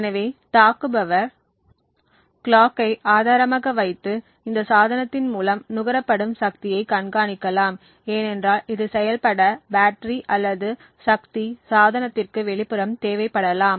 எனவே தாக்குப்பவர் கிளாக்கை ஆதாரமாக வைத்து இந்த சாதனத்தின் மூலம் நுகரப்படும் சக்தியை கண்காணிக்கலாம் ஏனென்றால் இது செயல்பட பேட்டரி அல்லது சக்தி சாதனத்திற்கு வெளிப்புறம் தேவைப்படலாம்